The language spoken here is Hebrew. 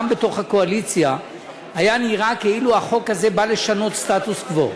גם בתוך הקואליציה היה נראה כאילו החוק הזה בא לשנות סטטוס-קוו.